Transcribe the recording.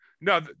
No